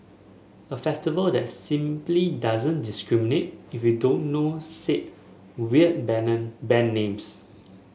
a festival that simply doesn't discriminate if you don't know said weird band names